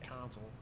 console